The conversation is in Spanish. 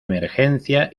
emergencia